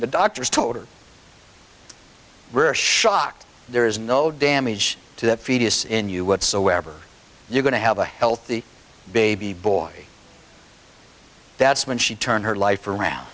the doctors told her we're shocked there is no damage to the fetus in you whatsoever you're going to have a healthy baby boy that's when she turned her life around